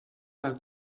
del